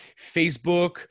Facebook